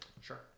Sure